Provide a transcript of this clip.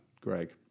greg